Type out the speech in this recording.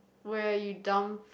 where you dump